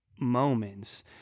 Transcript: moments